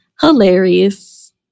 Hilarious